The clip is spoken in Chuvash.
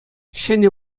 ҫӗнӗ